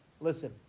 listen